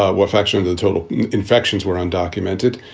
ah what fraction of the total infections were undocumented.